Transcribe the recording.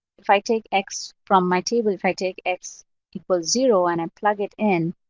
if i take x from my table, if i take x equals zero and i plug it in,